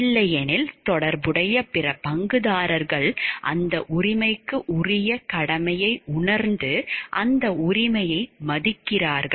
இல்லையெனில் தொடர்புடைய பிற பங்குதாரர்கள் அந்த உரிமைக்கு உரிய கடமையை உணர்ந்து அந்த உரிமையை மதிக்கிறார்கள்